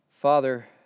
Father